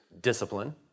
discipline